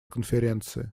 конференции